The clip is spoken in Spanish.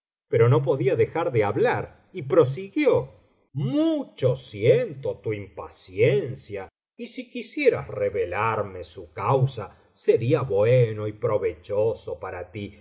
pero no podía dejar de hablar y prosiguió mucho siento tu impaciencia y si quisieras revelarme su causa sería bueno y provechoso para ti